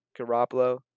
Garoppolo